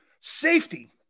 Safety